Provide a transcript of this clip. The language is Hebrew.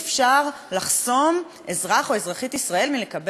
אזרח או אזרחית ישראל מלקבל שירותי דת